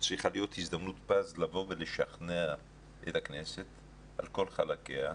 צריכה להיות הזדמנות פז לשכנע את הכנסת על כל חלקיה,